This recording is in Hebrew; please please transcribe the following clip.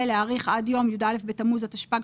ולהאריך עד יום י"א בתמוז התשפ"ג,